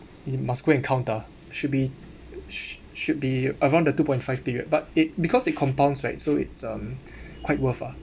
you must go and count ah should be should be around the two point five period but it because it compounds right so it's um quite worth lah